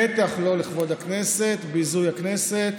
בטח לא לכבוד הכנסת, ביזוי הכנסת.